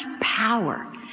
power